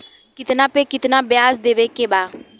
कितना पे कितना व्याज देवे के बा?